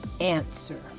answer